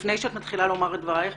לפני שאת מתחילה לומר את דבריך,